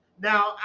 Now